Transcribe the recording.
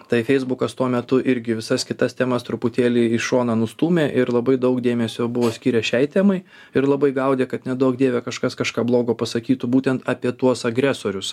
tai feisbukas tuo metu irgi visas kitas temas truputėlį į šoną nustūmė ir labai daug dėmesio buvo skyręs šiai temai ir labai gaudė kad neduok dieve kažkas kažką blogo pasakytų būtent apie tuos agresorius